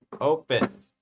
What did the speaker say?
open